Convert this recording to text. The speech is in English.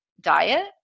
diet